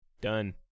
Done